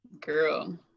girl